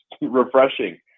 refreshing